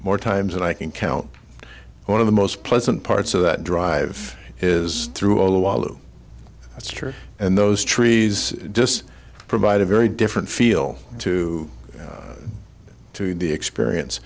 more times than i can count one of the most pleasant parts of that drive is through a wall that's true and those trees just provide a very different feel to to the experience